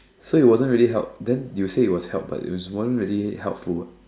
so it wasn't really help then you said it was help but it wasn't really helpful ah